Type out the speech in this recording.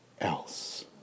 else